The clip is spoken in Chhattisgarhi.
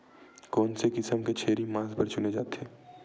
कोन से किसम के छेरी मांस बार चुने जाथे?